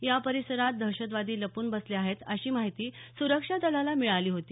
या परिसरात दहशतवादी लपून बसले आहेत अशी माहिती सुरक्षा दलाला मिळाली होती